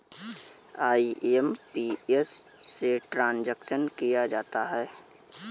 IMPS से transaction किया जाता है